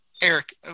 Eric